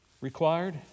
required